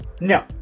No